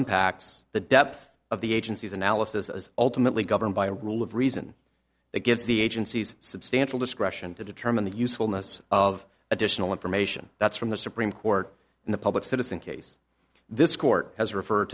impacts the depth of the agency's analysis is ultimately governed by a rule of reason that gives the agency's substantial discretion to determine the usefulness of additional information that's from the supreme court in the public citizen case this court has referred